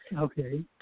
Okay